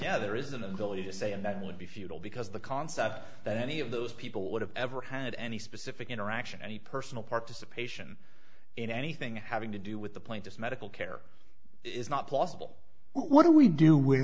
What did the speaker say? yeah there is an ability to say and that would be futile because the concept that any of those people would have ever had any specific interaction any personal participation in anything having to do with the plaintiff's medical care is not possible what do we do with